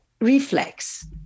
reflex